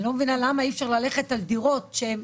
ואני לא מבינה למה אי אפשר ללכת על דירות שהן